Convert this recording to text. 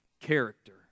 character